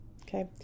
okay